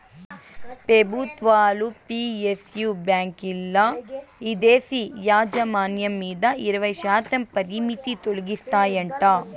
పెబుత్వాలు పి.ఎస్.యు బాంకీల్ల ఇదేశీ యాజమాన్యం మీద ఇరవైశాతం పరిమితి తొలగిస్తాయంట